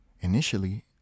initially